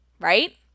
Right